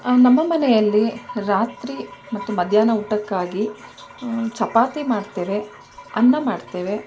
ನಮ್ಮ ಮನೆಯಲ್ಲಿ ರಾತ್ರಿ ಮತ್ತು ಮಧ್ಯಾಹ್ನ ಊಟಕ್ಕಾಗಿ ಚಪಾತಿ ಮಾಡ್ತೇವೆ ಅನ್ನ ಮಾಡ್ತೇವೆ